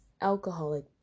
alcoholic